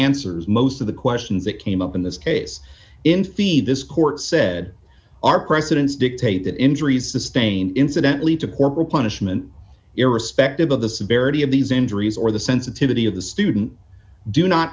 answers most of the questions that came up in this case in fee this court said our precedents dictate that injuries sustained incidentally to corporal punishment irrespective of the severity of these injuries or the sensitivity of the student do not